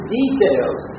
details